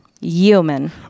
Human